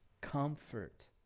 comfort